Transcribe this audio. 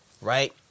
Right